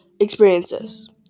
experiences